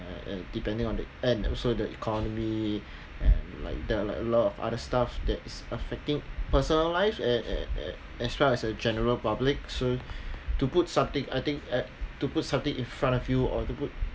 and depending on the and also the economy and like there are like a lot of other stuff that is affecting personal life and~ and as far as a general public soon to put something I think at to put something in front of you or to put